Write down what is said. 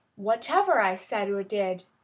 whatever i said or did.